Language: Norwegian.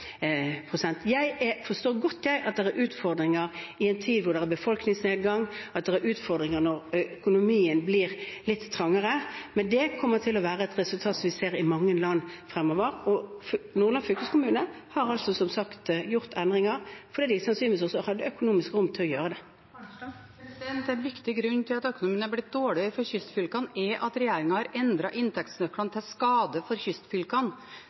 Jeg forstår godt at det er utfordringer i en tid da det er befolkningsnedgang, at det er utfordringer når økonomien blir litt trangere, men det kommer til å være et resultat vi ser i mange land fremover. Nordland fylkeskommune har som sagt gjort endringer, fordi de sannsynligvis hadde økonomisk rom til å gjøre det. Marit Arnstad – til oppfølgingsspørsmål. En viktig grunn til at økonomien har blitt dårligere for kystfylkene, er at regjeringen har endret inntektsnøklene til skade for kystfylkene